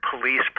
police